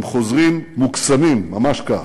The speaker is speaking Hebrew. הם חוזרים מוקסמים, ממש כך,